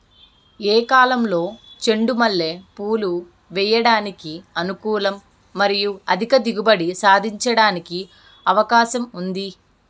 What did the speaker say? ఏ కాలంలో చెండు మల్లె పూలు వేయడానికి అనుకూలం మరియు అధిక దిగుబడి సాధించడానికి అవకాశం ఉంది?